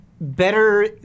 better